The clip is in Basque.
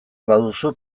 baduzu